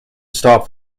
stop